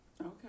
okay